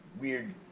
weird